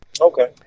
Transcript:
Okay